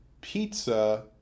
pizza